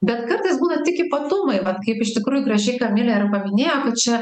bet kartais būna tik ypatumai vat kaip iš tikrųjų gražiai kamilė ir paminėjo kad čia